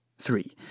three